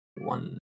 one